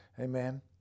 Amen